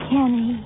Kenny